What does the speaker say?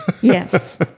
Yes